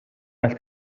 well